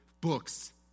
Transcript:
books